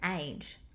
age